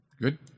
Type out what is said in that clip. good